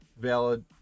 valid